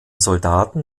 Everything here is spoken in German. soldaten